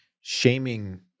shaming